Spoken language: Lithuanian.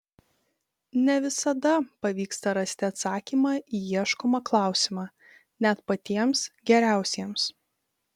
ne visada pavyksta rasti atsakymą į ieškomą klausimą net patiems geriausiems